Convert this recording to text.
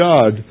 God